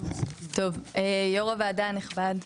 יו"ר הוועדה הנכבד,